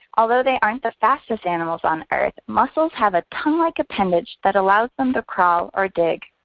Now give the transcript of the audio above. although they aren't the fastest animals on earth, mussels have a tonguelike appendage that allows them to crawl or dig.